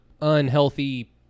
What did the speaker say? unhealthy